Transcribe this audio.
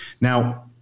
Now